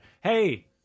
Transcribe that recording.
Hey